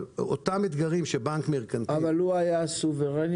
אבל אותם אתגרים שבנק מרכנתיל --- הוא היה סוברני